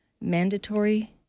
mandatory